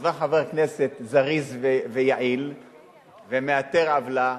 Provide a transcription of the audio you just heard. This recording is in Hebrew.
אז בא חבר כנסת זריז ויעיל ומאתר עוולה,